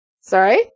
Sorry